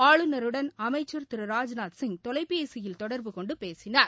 ஆளுநருடன் அமைச்சர் திரு ராஜ்நாத்சிங் தொலைபேசியில் தொடர்பு கொண்டு பேசினார்